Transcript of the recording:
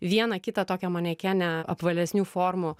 vieną kitą tokią manekenę apvalesnių formų